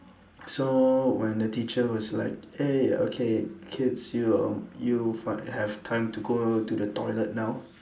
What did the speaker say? so when the teacher was like eh okay kids you'll you might have time to go to the toilet now